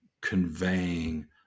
conveying